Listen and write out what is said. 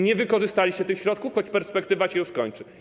Nie wykorzystaliście tych środków, choć perspektywa się już kończy.